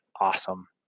awesome